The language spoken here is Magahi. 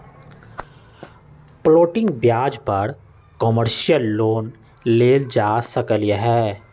फ्लोटिंग ब्याज पर कमर्शियल लोन लेल जा सकलई ह